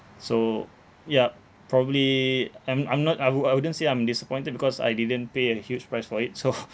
so yup probably I'm I'm not I would I wouldn't say I'm disappointed because I didn't pay a huge price for it so